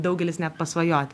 daugelis net pasvajot